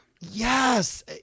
yes